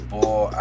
Boy